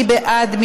מי בעד?